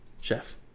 chef